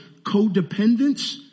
codependence